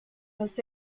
bis